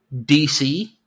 DC